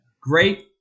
Great